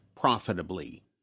profitably